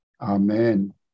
Amen